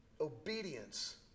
Obedience